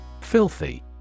Filthy